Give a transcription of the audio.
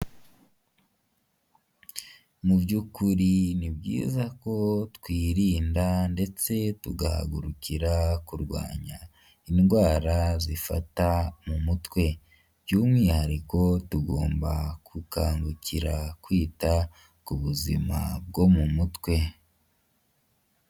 Mu by'ukuri ni byiza ko twirinda ndetse tugahagurukira kurwanya indwara zifata mu mutwe by'umwihariko tugomba gukangukira kwita ku buzima bwo mu mutwe.